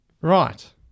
Right